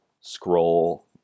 scroll